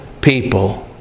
people